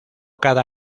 cada